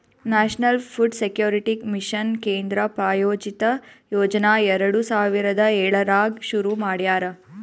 national food security mission ಕೇಂದ್ರ ಪ್ರಾಯೋಜಿತ ಯೋಜನಾ ಎರಡು ಸಾವಿರದ ಏಳರಾಗ್ ಶುರು ಮಾಡ್ಯಾರ